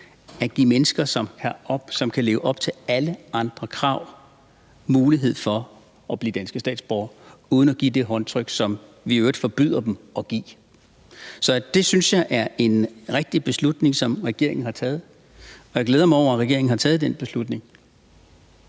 at give mennesker, som kan leve op til alle andre krav, mulighed for at blive danske statsborgere uden at give det håndtryk, som vi i øvrigt forbyder dem at give. Så det synes jeg er en rigtig beslutning, som regeringen har taget, og jeg glæder mig over, at regeringen har taget den beslutning.